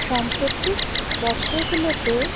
সাম্প্রতিক বছরগুলোতে